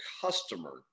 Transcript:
customer